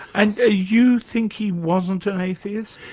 and you think he wasn't an atheist?